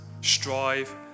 Strive